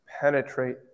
penetrate